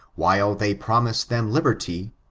while they promise them liberty,